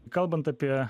kalbant apie